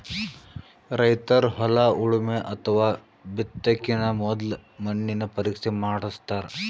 ರೈತರ್ ಹೊಲ ಉಳಮೆ ಅಥವಾ ಬಿತ್ತಕಿನ ಮೊದ್ಲ ಮಣ್ಣಿನ ಪರೀಕ್ಷೆ ಮಾಡಸ್ತಾರ್